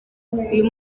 uyu